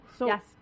Yes